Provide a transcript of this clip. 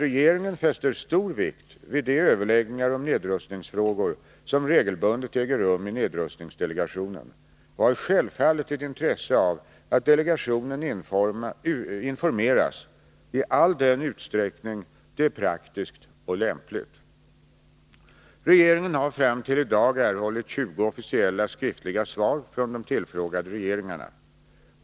Regeringen fäster stor vikt vid de överläggningar om nedrustningsfrågor som regelbundet äger rum i nedrustningsdelegationen och har självfallet ett intresse av att delegationen informeras i all den utsträckning det är praktiskt och lämpligt. Regeringen har fram till i dag erhållit 20 officiella skriftliga svar från de tillfrågade regeringarna.